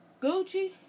gucci